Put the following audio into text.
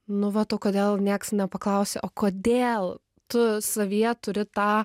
nu vat o kodėl nieks nepaklausė o kodėl tu savyje turi tą